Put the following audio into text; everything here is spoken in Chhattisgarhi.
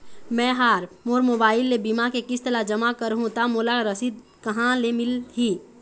मैं हा मोर मोबाइल ले बीमा के किस्त ला जमा कर हु ता मोला रसीद कहां ले मिल ही?